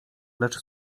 lecz